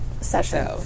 session